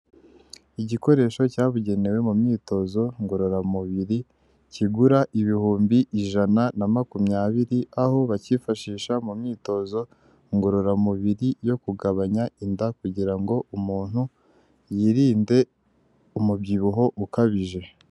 Igikoresho cyabugenewe mu myitozo ngororamubiri, kigura ibihumbi ijana na makumyabiri, aho bakifashisha mu myitozo ngororamubiri yo kugabanya inda kugira ngo umuntu yirinde umubyibuho ukabije.